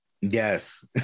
Yes